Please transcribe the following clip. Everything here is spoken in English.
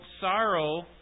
sorrow